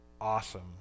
awesome